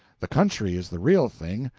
the country is the real thing,